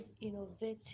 innovative